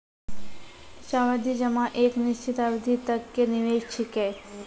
सावधि जमा एक निश्चित अवधि तक के निवेश छिकै